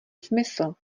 smysl